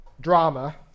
drama